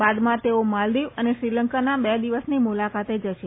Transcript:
બાદમાં તેઓ માલદીવ અને શ્રીલંકાના બે દિવસની મુલાકાતે જશે